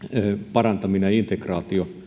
parantaminen ja integ raatio